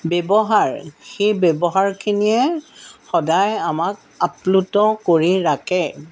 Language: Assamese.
ব্যৱহাৰ সেই ব্যৱহাৰখিনিয়ে সদায় আমাক আপ্লুত কৰি ৰাখে